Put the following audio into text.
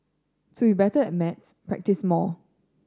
to better at maths practise more